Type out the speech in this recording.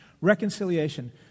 Reconciliation